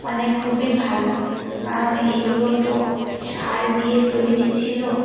মানে খুবই ভালো কারণ এইগুলো তো সার দিয়ে তৈরি ছিল